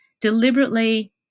deliberately